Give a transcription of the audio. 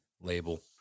label